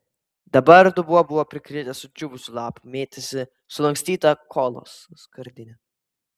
dabar dubuo buvo prikritęs sudžiūvusių lapų mėtėsi sulankstyta kolos skardinė